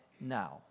now